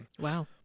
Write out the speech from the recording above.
Wow